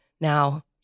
now